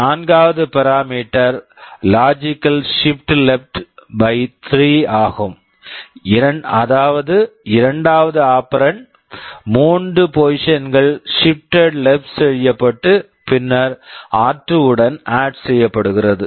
நான்காவது parameter parameter logical shift left logical shift left by by 3 ஆகும் அதாவது இரண்டாவது ஆபரண்ட் operand மூன்று பொசிஷன்ஸ் positions -கள் ஷிப்ட்டேட் லெப்ட் shiftted left செய்யப்பட்டு பின்னர் ஆர்2 r2 உடன் ஆட் add செய்யப்படுகிறது